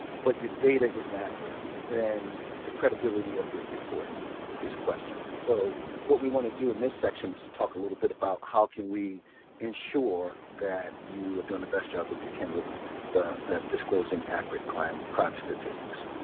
but your data is inaccurate, than the credibility of your report is questioned. and so what we want to do in this section is to talk a little bit about how can we ensure that you have done the best job that you can with disclosing accurate crime crime statistics?